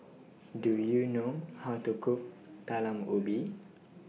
Do YOU know How to Cook Talam Ubi